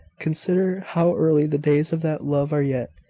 consider how early the days of that love are yet.